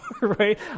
right